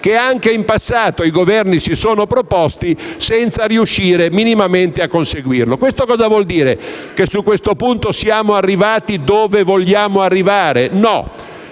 che anche in passato i Governi si sono proposti senza riuscire minimamente a conseguirlo. Ciò vuol dire che su questo punto siamo arrivati dove vogliamo? No.